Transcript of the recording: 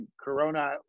Corona